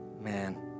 man